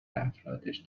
افرادش